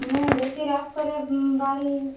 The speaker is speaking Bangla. হুম বেশি রাত করে হুম বাড়ি